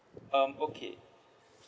um okay